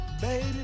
Baby